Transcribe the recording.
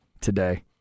today